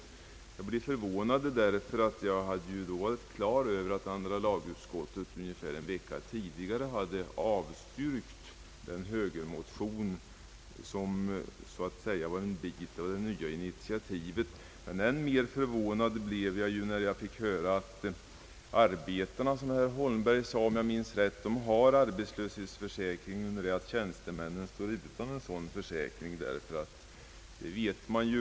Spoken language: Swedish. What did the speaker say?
Jag blev förvånad, ty jag var då på det klara med att andra lagutskottet en vecka tidigare enhälligt hade avstyrkt den högermotion som så att säga var en bit i det nya initiativet. Än mer förvånad blev jag när jag fick höra att arbetarna — som herr Holmberg sade — har arbetslöshetsförsäkring, medan tjänstemännen står utan en sådan försäkring.